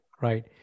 right